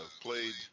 played